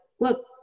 look